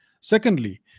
Secondly